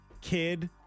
kid